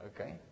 Okay